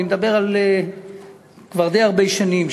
אני מדבר כבר על די הרבה שנים,